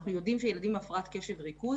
אנחנו יודעים שילדים עם הפרעת קשב וריכוז